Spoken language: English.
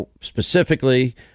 specifically